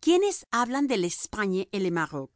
quiénes hablan de l'espagne et